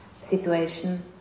situation